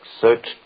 Search